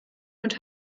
und